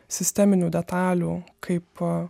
sisteminių detalių kaip a